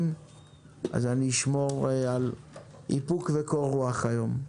אז אשמור על איפוק וקור-רוח היום.